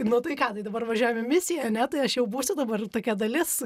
nu tai ką tai dabar važiuojam į misiją ane tai aš jau būsiu dabar tokia dalis